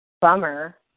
bummer